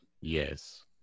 Yes